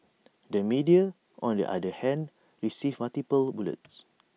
the media on the other hand received multiple bullets